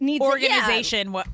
organization –